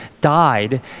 died